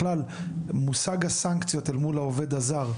בכלל מושג הסנקציות מול העובד הזר,